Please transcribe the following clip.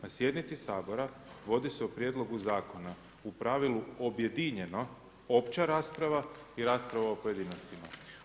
Na sjednici Sabora vodi se o Prijedlogu zakona u pravilu objedinjeno opća rasprava i rasprava o pojedinostima.